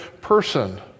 person